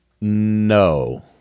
No